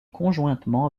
conjointement